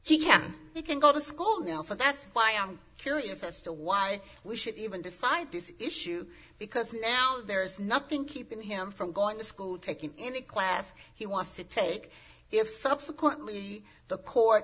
he can he can go to school now so that's why i'm curious as to why we should even decide this issue because now there is nothing keeping him from going to school taking any class he wants to take if subsequently the